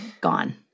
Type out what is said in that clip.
gone